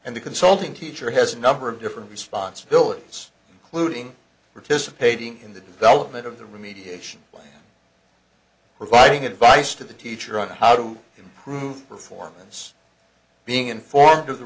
and the consulting teacher has a number of different responsibilities including participating in the development of the remediation providing advice to the teacher on how to improve performance being informed